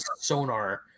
sonar